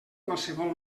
qualsevol